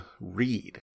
read